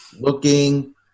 looking